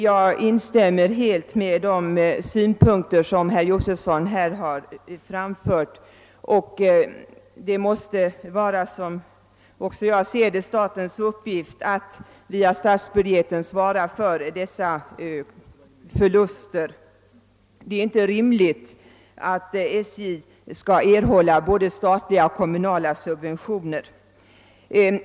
Jag instämmer helt i de synpunkter som herr Josefson framfört. Även jag anser att det måste vara statens uppgift att via statsbudgeten svara för dessa för luster. Det är inte rimligt att SJ skall erhålla både statliga och kommunala subventioner.